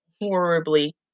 horribly